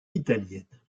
italienne